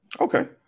Okay